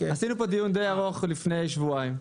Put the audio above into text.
עשינו דיון ארוך למדי לפני שבועיים.